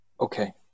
Okay